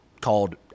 called